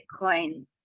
Bitcoin